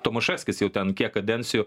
tomaševskis jau ten kiek kadencijų